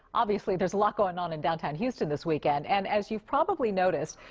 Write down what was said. obviously there's a lot going on in downtown houston this weekend. and as you've probably noticed,